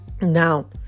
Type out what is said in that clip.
Now